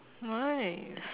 nice